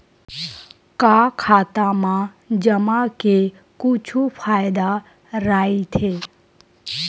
का खाता मा जमा के कुछु फ़ायदा राइथे?